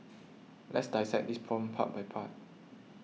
let's dissect this problem part by part